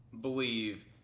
believe